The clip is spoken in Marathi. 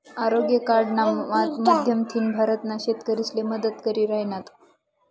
आरोग्य कार्डना माध्यमथीन भारतना शेतकरीसले मदत करी राहिनात